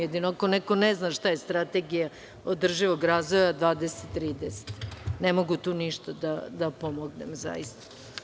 Jedino ako neko ne zna šta je Strategija održivog razvoja 2030, ne mogu tu ništa da pomognem, zaista.